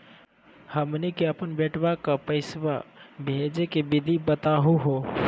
हमनी के अपन बेटवा क पैसवा भेजै के विधि बताहु हो?